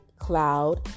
cloud